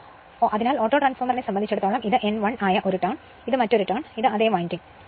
അതിനാൽ ഓട്ടോട്രാൻസ്ഫോർമറിനെ സംബന്ധിച്ചിടത്തോളം ഇത് N1 ആയ ഒരു turn ഇത് മറ്റൊരു turn അതേ winding ഞങ്ങൾ തീർന്നുപോകുന്ന എന്തോ ഒന്ന്